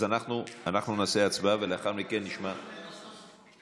אז אנחנו נעשה הצבעה, ולאחר מכן, יש עמדות נוספות.